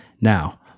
Now